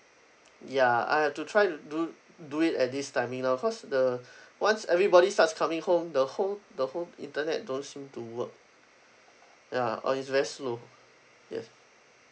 ya I had to try to do do it at this timing loh cause the once everybody starts coming home the home the home internet don't seem to work ya or is very slow yes